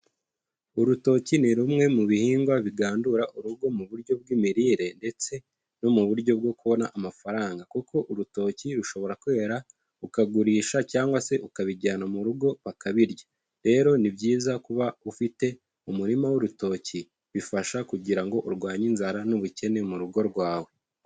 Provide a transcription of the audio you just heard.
Urutoki ni rumwe mu bihingwa bigandura urugo mu buryo bw'imirire ndetse no mu buryo bwo kubona amafaranga kuko urutoki rushobora kwera ukagurisha cyangwa se ukabijyana mu rugo bakabirya. Rero ni byiza kuba ufite umurima w'urutoki, bifasha kugira ngo urwanye inzara n'ubukene mu rugo rwawe.